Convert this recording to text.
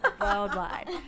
worldwide